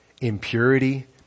impurity